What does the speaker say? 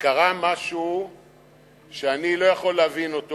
וקרה משהו שאני לא יכול להבין אותו,